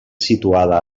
situada